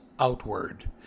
Outward